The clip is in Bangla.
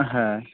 হ্যাঁ